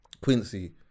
Quincy